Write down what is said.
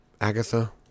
Agatha